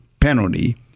penalty